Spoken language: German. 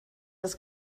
das